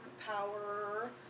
power